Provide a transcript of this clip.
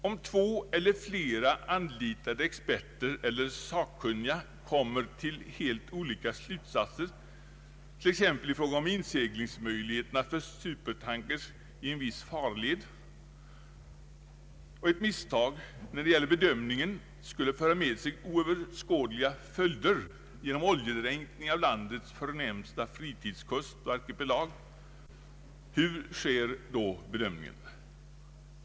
Om två eller flera anlitade experter eller sakkunniga kommer till helt olika slutsatser, t.ex. i fråga om inseglingsmöjligheterna för supertankers i en viss farled och ett misstag när det gäller bedömningen skulle föra med sig oöverskådliga följder genom oljedränkning av landets förnämsta fritidskust och arkipelag, kan man fråga: Hur sker då bedömningen?